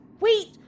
Wait